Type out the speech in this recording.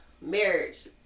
marriage